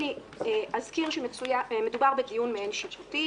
אני אזכיר שמדובר בדיון מעין שיפוטי,